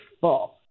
full